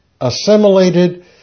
assimilated